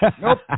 Nope